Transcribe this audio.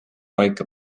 paika